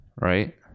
right